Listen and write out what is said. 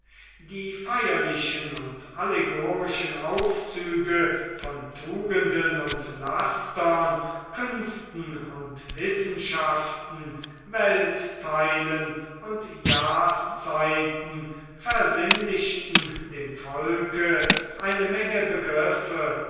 die feierlichen und allegorischen aufzüge von tugenden und lastern künsten und wissenschaften weltteilen und jahrszeiten versinnlichten dem volke eine menge begriffe